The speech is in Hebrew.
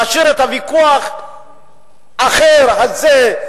להשאיר את הוויכוח האחר הזה,